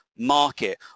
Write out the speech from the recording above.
market